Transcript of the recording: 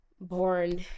born